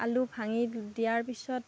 আলু ভাঙি দি দিয়াৰ পিছত